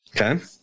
Okay